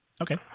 Okay